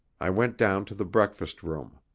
i went down to the breakfast-room.